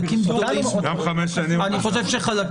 שיחליטו.